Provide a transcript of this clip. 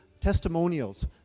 testimonials